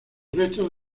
restos